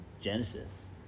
Genesis